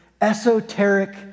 esoteric